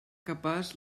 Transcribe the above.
capaç